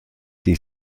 die